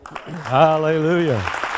Hallelujah